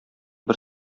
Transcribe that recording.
бер